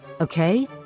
Okay